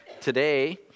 today